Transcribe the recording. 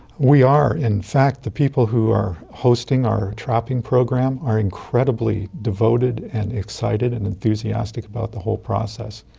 we are. in fact the people who are hosting our trapping program are incredibly devoted and excited and enthusiastic about the whole process.